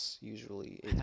usually